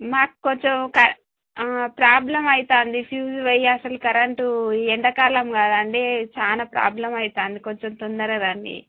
మాకు కొంచెం క ప్రాబ్లం అవుతుంది ఫ్యూజ్ పోయి అసలు కరెంటు ఎండాకాలం కదండి చాలా ప్రాబ్లం అవుతుంది కొంచెం తొందరగా రండి